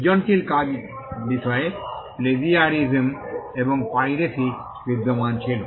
সৃজনশীল কাজ বিষয়ে প্লেজিয়ারিসম এবংপাইরেসি বিদ্যমান ছিল